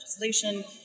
legislation